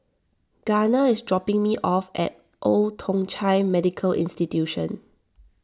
Garner is dropping me off at Old Thong Chai Medical Institution